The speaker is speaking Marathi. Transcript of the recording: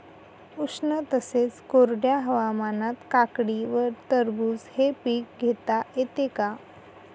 उष्ण तसेच कोरड्या हवामानात काकडी व टरबूज हे पीक घेता येते का?